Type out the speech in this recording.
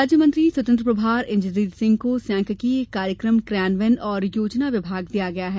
राज्य मंत्री स्वतंत्र प्रभार इंद्रजीत सिंह को सांख्यकीय कार्यक्रम क्रियान्वयन और योजना विभाग दिया गया है